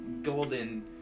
golden